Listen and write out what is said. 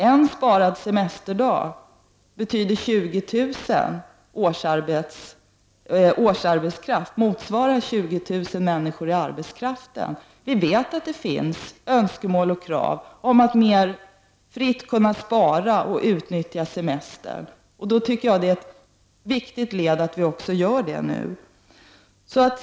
En sparad semesterdag motsvarar 20 000 människor i arbete. Vi vet att det finns önskemål och krav på att mer fritt kunna spara och utnyttja semestern. Jag tycker att det är viktigt att vi också ger människor den möjligheten.